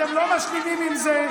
אתם לא משלימים עם זה.